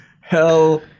Hell